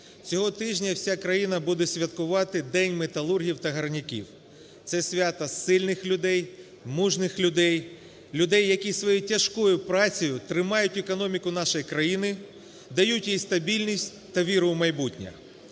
Цього тижня вся країна буде святкувати День металургів та гірняків. Це свято сильних людей, мужніх людей, людей, які своєю тяжкою працею тримають економіку нашої країни, дають їй стабільність та віру в майбутнє.